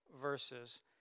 verses